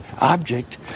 object